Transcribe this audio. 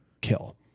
kill